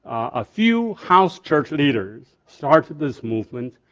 a few house church leaders started this movement.